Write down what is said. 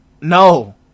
No